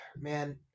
Man